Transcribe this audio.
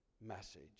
message